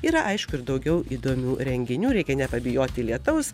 yra aišku ir daugiau įdomių renginių reikia nepabijoti lietaus